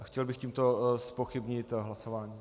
A chtěl bych tímto zpochybnit hlasování.